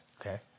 Okay